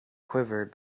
quivered